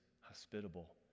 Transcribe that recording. hospitable